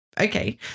okay